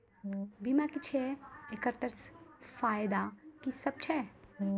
बीमा की छियै? एकरऽ फायदा की सब छै?